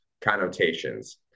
connotations